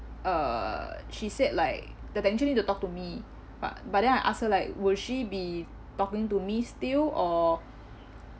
uh she said like the technician need to talk to me but but but then I ask her like will she be talking to me still or